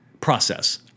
process